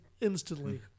instantly